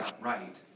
right